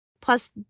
Plus